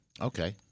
Okay